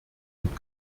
und